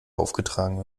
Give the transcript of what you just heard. aufgetragen